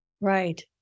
Right